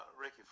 Ricky